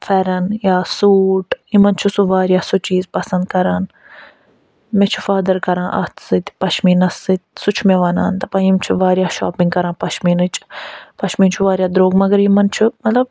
فٮ۪رَن یا سوٗٹھ یِمَن چھِ سُہ واریاہ سُہ چیٖز پَسنٛد کران مےٚ چھِ فادَر کران اَتھ سۭتۍ پشمیٖنَس سۭتۍ سُہ چھُ مےٚ وَنان دَپان یِم چھِ واریاہ شاپِنٛگ کران پشمیٖنٕچ پشمیٖن چھُ واریاہ دروٚگ مگر یِمَن چھُ مطلب